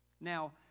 Now